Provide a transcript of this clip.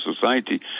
society